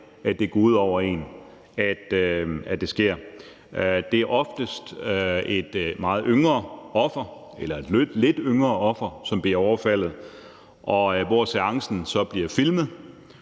at det går ud over en. Det er oftest et meget yngre eller lidt yngre offer, der bliver overfaldet, hvor seancen så bliver filmet,